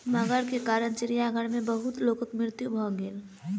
मगर के कारण चिड़ियाघर में बहुत लोकक मृत्यु भ गेल